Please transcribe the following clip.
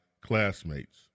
classmates